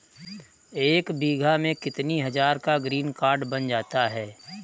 एक बीघा में कितनी हज़ार का ग्रीनकार्ड बन जाता है?